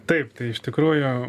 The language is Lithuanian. taip tai iš tikrųjų